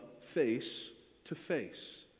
face-to-face